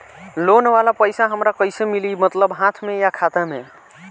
Loan वाला पैसा हमरा कइसे मिली मतलब हाथ में या खाता में?